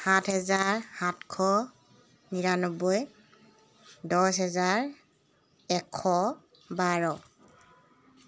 সাত হেজাৰ সাতশ নিৰান্নব্বৈ দহ হাজাৰ এশ বাৰ